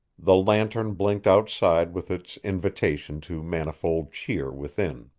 the lantern blinked outside with its invitation to manifold cheer within.